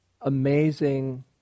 amazing